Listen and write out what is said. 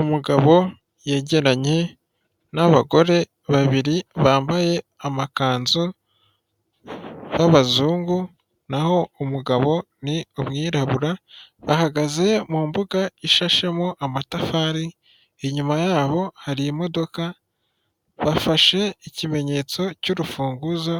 Umugabo yegeranye n'abagore babiri bambaye amakanzu b'abazungu, naho umugabo ni umwirabura, bahagaze mu mbuga ishashemo amatafari, inyuma yabo hari imodoka, bafashe ikimenyetso cy'urufunguzo